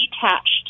Detached